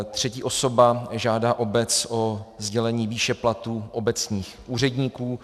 Třetí osoba žádá obec o sdělení výše platů obecních úředníků.